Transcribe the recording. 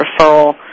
referral